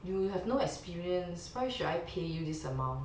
err you have no experience why should I pay you this amount